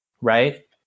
right